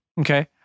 Okay